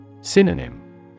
Synonym